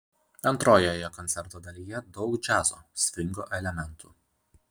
antrojoje koncerto dalyje daug džiazo svingo elementų